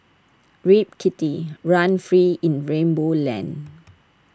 Rip Kitty run free in rainbow land